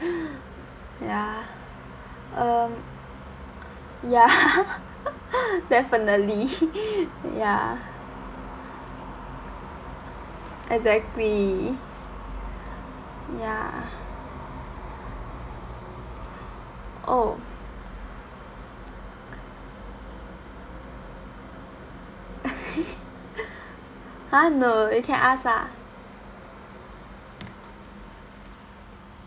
ya um ya definitely ya exactly ya oh !huh! no you can ask ah